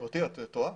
גברתי, את טועה.